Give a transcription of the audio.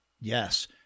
Yes